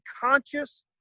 conscious